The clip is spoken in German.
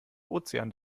ozean